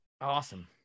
Awesome